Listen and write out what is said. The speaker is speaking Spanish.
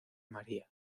maría